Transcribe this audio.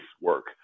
work